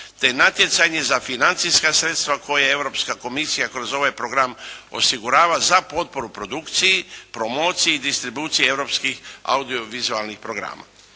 te natjecanje za financijska sredstva koje Europska Komisija kroz ovaj Program osigurava za potporu produkciji, promociji i distribuciji europskih audio-vizualnih programa.